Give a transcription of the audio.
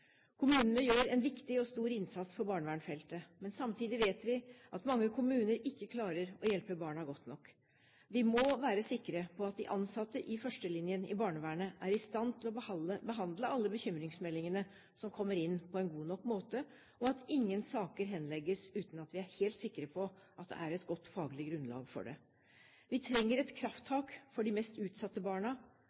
Kommunene gjør en viktig og stor innsats på barnevernsfeltet. Samtidig vet vi at mange kommuner ikke klarer å hjelpe barna godt nok. Vi må være sikre på at de ansatte i førstelinjen i barnevernet er i stand til å behandle alle bekymringsmeldingene som kommer inn, på en god nok måte, og at ingen saker henlegges uten at vi er helt sikre på at det er et godt faglig grunnlag for det. Vi trenger et krafttak for de mest utsatte barna.